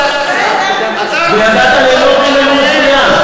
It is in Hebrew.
וידעת ליהנות ממנו מצוין.